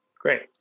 Great